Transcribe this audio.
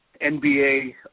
NBA